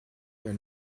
were